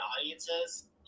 audiences